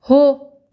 हो